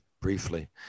briefly